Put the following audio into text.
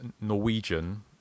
Norwegian